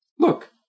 Look